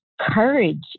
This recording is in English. courage